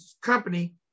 company